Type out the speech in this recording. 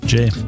Jay